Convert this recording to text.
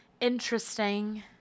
Interesting